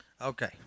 Okay